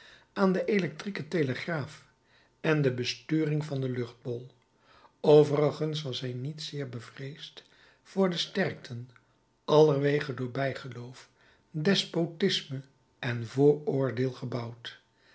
aan de electrieke telegraaf en de besturing van den luchtbol overigens was hij niet zeer bevreesd voor de sterkten allerwege door bijgeloof despotisme en vooroordeel gebouwd